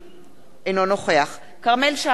אינו נוכח כרמל שאמה-הכהן,